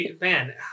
man